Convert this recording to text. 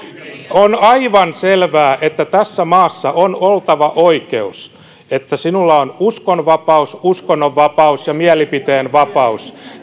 on aivan selvää että tässä maassa on oltava oikeus siihen että sinulla on uskonvapaus uskonnonvapaus ja mielipiteenvapaus